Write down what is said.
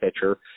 pitcher